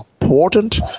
important